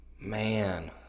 Man